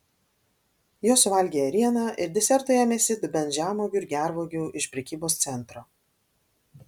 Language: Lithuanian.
jos suvalgė ėrieną ir desertui ėmėsi dubens žemuogių ir gervuogių iš prekybos centro